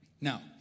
Now